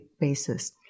basis